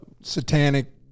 satanic